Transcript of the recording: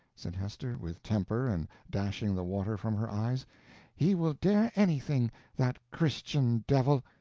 said hester, with temper, and dashing the water from her eyes he will dare anything that christian devil!